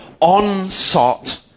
onslaught